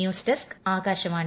news desk Akashvani